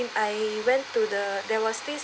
I went to the there was this